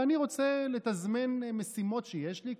ואני רוצה לתזמן משימות שיש לי.